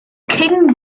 king